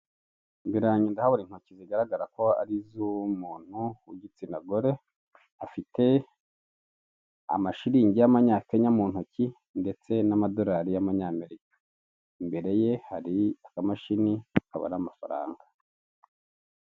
Imbere yange ndahabona intoki bigaragara ko Ari izu umuntu w'igitsina gore afite amashirigi yamanya Kenya munoki ndetse n'amadorari ya amanyamerika imbere ye hari akamashini kabara amafaranga.